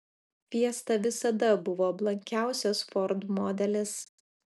fiesta visada buvo blankiausias ford modelis